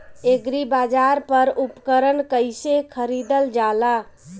एग्रीबाजार पर उपकरण कइसे खरीदल जाला?